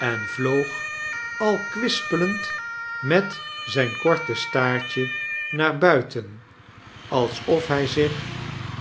en vloog al kwispelend met zijn korte staartje naar buiten alsof hij zich